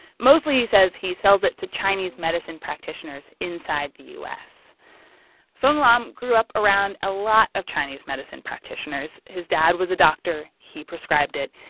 mostly, he says, he sells it to chinese medicine practitioners inside the u s fong lam grew up around a lot of chinese medicine practitioners. his dad was a doctor. he prescribed it.